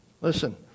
Listen